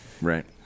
right